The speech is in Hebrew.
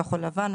כחול-לבן,